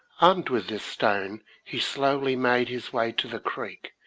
armed with this stone he slowly made his way to the creek,